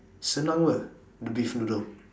senang ke the beef noodle